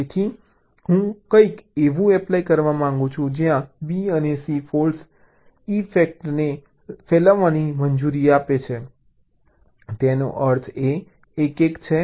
તેથી હું કંઈક એવું એપ્લાય કરવા માંગુ છું જ્યાં B અને C ફોલ્ટ ઇફેક્ટને ફેલાવવાની મંજૂરી આપે છે તેનો અર્થ એ 1 1 છે